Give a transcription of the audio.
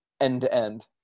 end-to-end